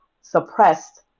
suppressed